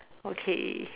okay